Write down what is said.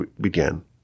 began